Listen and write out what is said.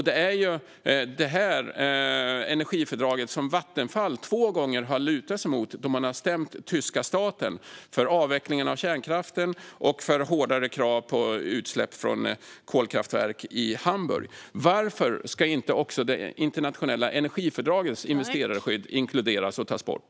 Det är energifördraget som Vattenfall två gånger har lutat sig mot då man har stämt tyska staten för avvecklingen av kärnkraften och för hårdare krav på utsläpp från kolkraftverk i Hamburg. Varför ska inte också det internationella energifördragets investerarskydd inkluderas och tas bort?